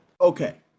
Okay